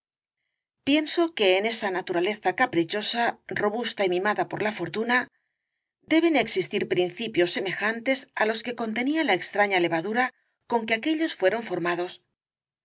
pienso que en esa naturaleza caprichosa robusta y mimada por la fortuna deben existir principios semejantes á los que contenía la extraña levadura con que aquéllos fueron formados